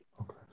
Okay